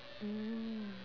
mm